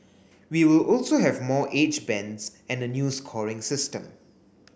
we will also have more age bands and a new scoring system